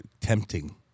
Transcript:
tempting